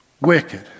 wicked